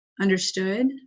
understood